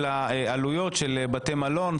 עלויות בבתי מלון,